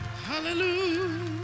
Hallelujah